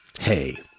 Hey